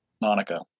Monica